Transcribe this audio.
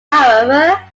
however